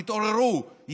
תתעוררו,